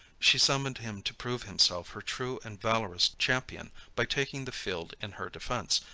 she summoned him to prove himself her true and valorous champion, by taking the field in her defence,